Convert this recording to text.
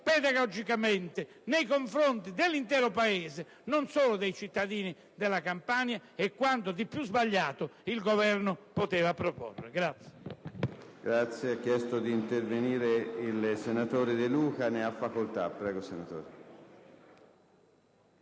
pedagogicamente, nei confronti dell'intero Paese, e non solo dei cittadini della Campania, è quanto di più sbagliato il Governo potesse proporre.